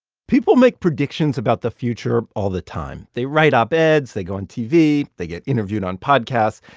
people make predictions about the future all the time. they write op-eds. they go on tv. they get interviewed on podcasts.